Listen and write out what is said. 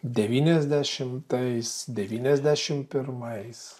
devyniasdešimtais devyniasdešim pirmais